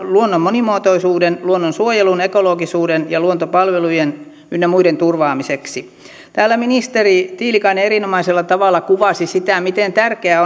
luonnon monimuotoisuuden luonnonsuojelun ekologisuuden ja luontopalvelujen ynnä muiden turvaamiseksi täällä ministeri tiilikainen erinomaisella tavalla kuvasi sitä miten tärkeää